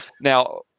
Now